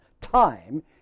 Time